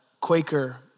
Quaker